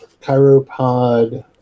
ChiroPod